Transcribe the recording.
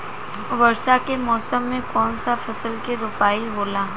वर्षा के मौसम में कौन सा फसल के रोपाई होला?